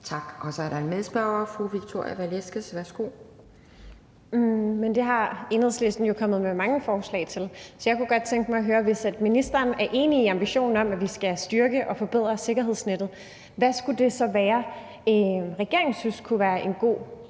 Velasquez, værsgo. Kl. 18:11 Victoria Velasquez (EL): Men det er Enhedslisten jo kommet med mange forslag til, så jeg kunne godt tænke mig at høre om noget. Hvis ministeren er enig i ambitionen om, at vi skal styrke og forbedre sikkerhedsnettet, hvad kunne det så være, regeringen synes kunne være en god